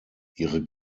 ihre